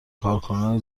کارکنان